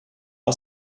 are